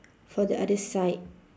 for the other side